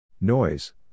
Noise